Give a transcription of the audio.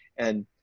and